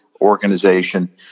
organization